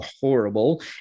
horrible